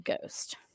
ghost